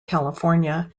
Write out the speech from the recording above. california